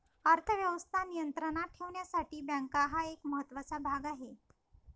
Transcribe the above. अर्थ व्यवस्था नियंत्रणात ठेवण्यासाठी बँका हा एक महत्त्वाचा भाग आहे